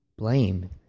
blame